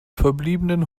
verbliebenen